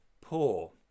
poor